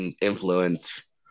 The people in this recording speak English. influence